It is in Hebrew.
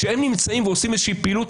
כשהם נמצאים ועושים איזה פעילות,